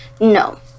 no